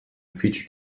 feature